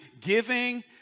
giving